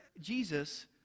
Jesus